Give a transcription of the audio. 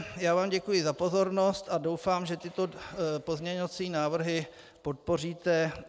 Já vám děkuji za pozornost a doufám, že tyto pozměňovací návrhy podpoříte.